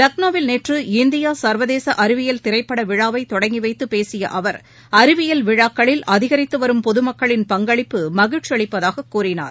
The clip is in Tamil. லக்னோவில் நேற்று இந்தியா சர்வதேச அறிவியல் திரைப்பட விழாவை தொடங்கி வைத்துப் பேசிய அவர் அறிவியல் விழாக்களில் அதிகரித்து வரும் பொது மக்களின் பங்களிப்பு மகிழ்ச்சியளிப்பதாகக் கூறினார்